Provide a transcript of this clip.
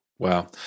Wow